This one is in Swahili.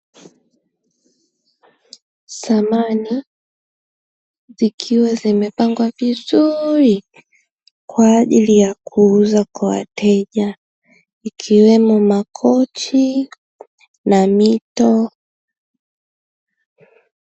Samani zikiwa zimepangwa vizuri, kwaajili ya kuuza kwa wateja, ikiwemo makochi na mito.